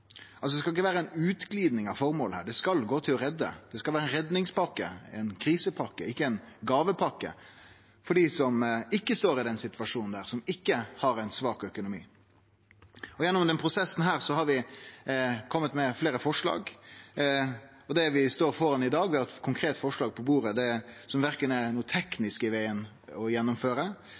altså å redde bedrifter og sikre arbeidsplassar. Dei skal ikkje gå til utbyte som er utover ordinær løn, som ikkje går til investeringar, osv. Det har vi føreslått. Det skal ikkje vere ei utgliding av føremålet her. Det skal vere å redde. Dette skal vere ei redningspakke, ei krisepakke – ikkje ei gåvepakke for dei som ikkje står i den situasjonen, som ikkje har ein svak økonomi. Gjennom denne prosessen har vi kome med fleire forslag – og med det vi står framfor i dag.